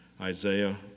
Isaiah